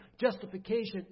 Justification